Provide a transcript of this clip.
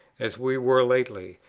as we were lately,